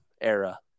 era